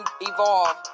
evolve